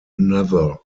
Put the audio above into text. another